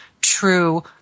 true